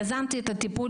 יזמתי את הדיון